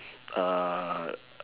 uh